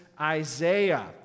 Isaiah